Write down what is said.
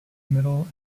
middle